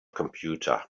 computer